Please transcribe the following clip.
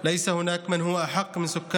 כאשר השיקולים הוגנים,